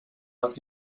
als